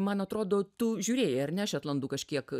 man atrodo tu žiūrėjai ar ne šetlandų kažkiek